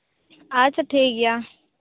ᱟᱪᱪᱷᱟ ᱴᱷᱤᱠ ᱜᱮᱭᱟ